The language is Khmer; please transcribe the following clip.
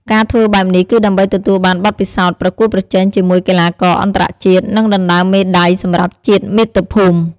ការធ្វើបែបនេះគឺដើម្បីទទួលបានបទពិសោធន៍ប្រកួតប្រជែងជាមួយកីឡាករអន្តរជាតិ និងដណ្ដើមមេដាយសម្រាប់ជាតិមាតុភូមិ។